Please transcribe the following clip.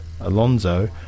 Alonso